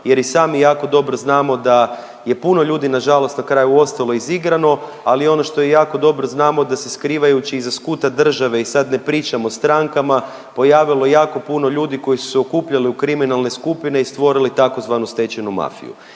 jer i sami jako dobro znamo da je puno ljudi na žalost na kraju ostalo izigrano. Ali i ono što jako dobro znamo da se skrivajući iza skuta države i sad ne pričam o strankama pojavilo jako puno ljudi koji su se okupljali u kriminalne skupine i stvorili tzv. stečajnu mafiju.